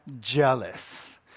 jealous